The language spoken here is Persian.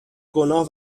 گناه